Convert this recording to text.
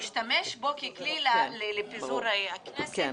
להשתמש בו ככלי לפיזור ההפגנה,